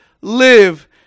live